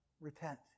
repent